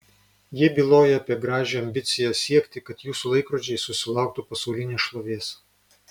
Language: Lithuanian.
jie byloja apie gražią ambiciją siekti kad jūsų laikrodžiai susilauktų pasaulinės šlovės